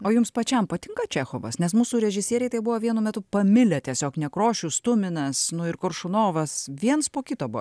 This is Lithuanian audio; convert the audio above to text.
o jums pačiam patinka čechovas nes mūsų režisieriai tai buvo vienu metu pamilę tiesiog nekrošius tuminas ir koršunovas viens po kito buvo